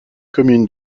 communes